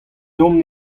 deomp